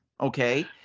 okay